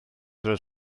roedd